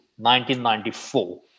1994